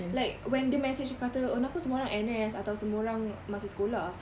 like when dia message dia kata oh kenapa semua orang N_S atau semua orang masih sekolah